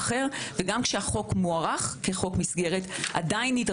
אמירה מופרכת נוספת שנאמרה היא שאין פנדמיה.